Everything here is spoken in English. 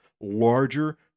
larger